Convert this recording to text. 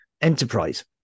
enterprise